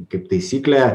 kaip taisyklė